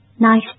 Nice